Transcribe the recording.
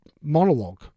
monologue